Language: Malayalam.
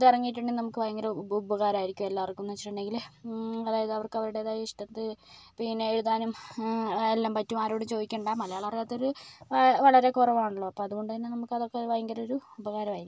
ഇതിറങ്ങിയിട്ട് ഉണ്ടെങ്കിൽ നമുക്ക് ഭയങ്കര ഉപകാരമായിരിക്കും എല്ലാവർക്കും എന്ന് വെച്ചിട്ടുണ്ടെങ്കിൽ അതായത് അവർക്ക് അവരുടേതായ ഇഷ്ടത്തിൽ പിന്നെ എഴുതാനും എല്ലാം പറ്റും ആരോടും ചോദിക്കണ്ട മലയാളമറിയാത്തവർ വ വളരെ കുറവാണല്ലോ അപ്പോൾ അതുകൊണ്ടു തന്നെ നമുക്ക് അതൊക്കെ ഭയങ്കര ഒരു ഉപകാരമായിരിക്കും